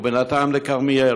ובינתיים לכרמיאל.